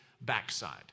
backside